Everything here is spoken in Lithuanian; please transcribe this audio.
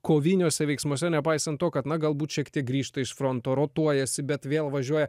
koviniuose veiksmuose nepaisant to kad na galbūt šiek tiek grįžta iš fronto rotuojasi bet vėl važiuoja